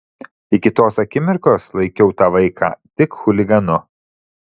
iki tos akimirkos laikiau tą vaiką tik chuliganu